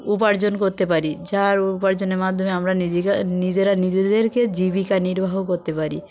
উপার্জন করতে পারি যার উপার্জনের মাধ্যমে আমরা নিজেকে নিজেরা নিজেদের জীবিকা নির্বাহ করতে পারি